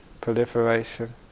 proliferation